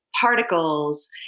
particles